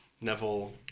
Neville